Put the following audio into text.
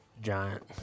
giant